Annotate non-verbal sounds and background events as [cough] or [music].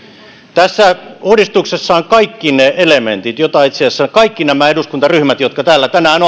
tässä uudistuksessa on kaikki ne elementit joita itse asiassa kaikki nämä eduskuntaryhmät jotka täällä tänään [unintelligible]